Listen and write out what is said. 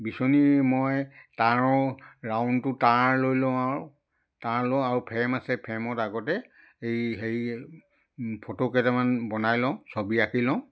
বিচনী মই তাঁৰৰ ৰাউণ্ডটো তাঁৰ লৈ লওঁ আৰু তাঁৰ লওঁ আৰু ফ্ৰেম আছে ফ্ৰেমত আগতে এই হেৰি ফটো কেইটামান বনাই লওঁ ছবি আঁকি লওঁ